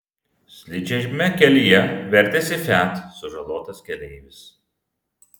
slidžiame kelyje vertėsi fiat sužalotas keleivis